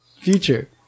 Future